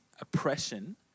oppression